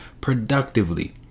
productively